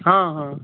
हँ हँ